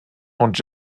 und